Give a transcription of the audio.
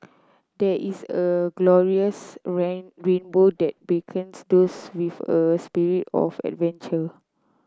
there is a glorious rainbow that beckons those with a spirit of adventure